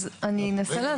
אז אני אנסה להסביר.